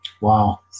Wow